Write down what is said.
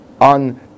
on